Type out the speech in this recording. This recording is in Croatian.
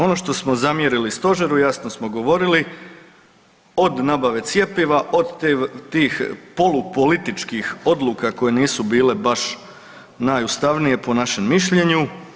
Ono što smo zamjerili stožeru jasno smo govorili, od nabave cjepiva, od tih polu političkih odluka koje nisu bile baš najustavnije po našem mišljenju.